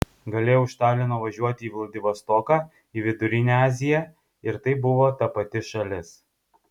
galėjau iš talino važiuoti į vladivostoką į vidurinę aziją ir tai buvo ta pati šalis